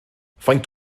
faint